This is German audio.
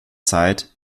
zeit